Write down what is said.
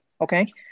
Okay